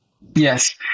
Yes